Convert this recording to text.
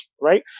right